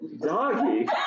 doggy